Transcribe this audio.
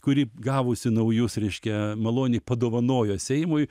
kuri gavusi naujus reiškia maloniai padovanojo seimui